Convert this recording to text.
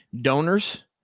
donors